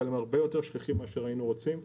אבל הם הרבה יותר שכיחים מאשר היינו רוצים.